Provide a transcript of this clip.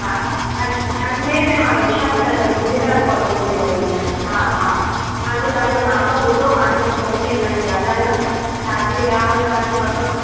हा अज अजमेर में मां वैशाली नगर झूलेलाल कॉलोनी में रहंदी आहियां हा हा तव्हांजो ॾाढो नालो ॿुधो मां चयमि फ़ोन ते खणी ॻाल्हाया शादी विहाउ में त तव्हांखे पतो अथव